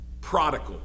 prodigal